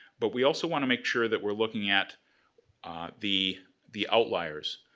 but we also wanna make sure that we're looking at the the outliers.